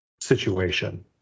situation